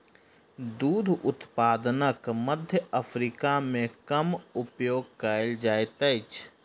दूध उत्पादनक मध्य अफ्रीका मे कम उपयोग कयल जाइत अछि